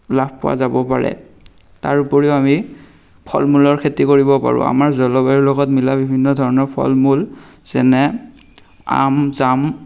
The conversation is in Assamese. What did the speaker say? লাভ পোৱা যাব পাৰে তাৰোপৰিও আমি ফল মূলৰ খেতি কৰিব পাৰোঁ আমাৰ জলবায়ুৰ লগত মিলা বিভিন্ন ধৰণৰ ফল মূল যেনে আম জাম